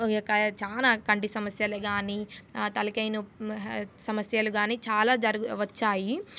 యొ చాలా కంటి సమస్యలు కానీ తలకాయ నొప్పి సమస్యలు కానీ చాలా జరిగి వచ్చాయి